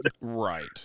Right